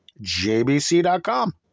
jbc.com